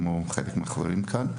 כמו חלק מהחברים כאן.